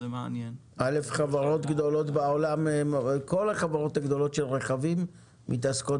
כל החברות הגדולות של רכבים מתעסקות